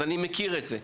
אני מכיר את זה.